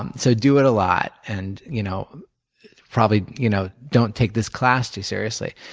um so do it a lot and you know probably you know don't take this class too seriously.